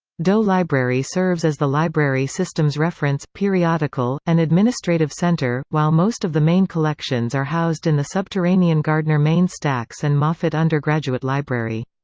doe library serves as the library system's reference, periodical, and administrative center, while most of the main collections are housed in the subterranean gardner main stacks and moffitt undergraduate library.